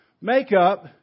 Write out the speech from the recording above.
makeup